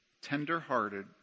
tender-hearted